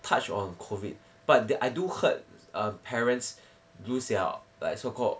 touch on COVID but I do heard um parents lose their like so called